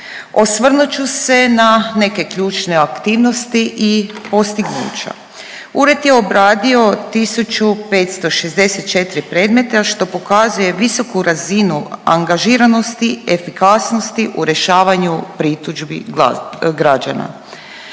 Osvrnut ću se na neke ključne aktivnosti i postignuća. Ured je obradio 1564 predmeta, što pokazuje visoku razinu angažiranosti i efikasnosti u rješavanju pritužbi građana.